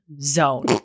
zone